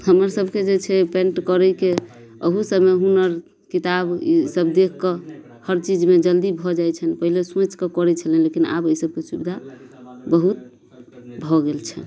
हमर सबके जे छै पेंट करयके अहु सबमे हुनर किताब ई सब देख कऽ हर चीजमे जल्दी भऽ जाय छैन पहिले सोचि कऽ करै छलैन लेकिन आब अय सबके सुविधा बहुत भऽ गेल छैन